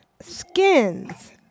skins